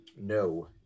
no